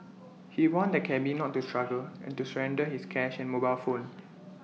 he warned the cabby not to struggle and to surrender his cash and mobile phone